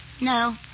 No